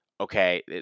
okay